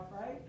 right